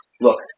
look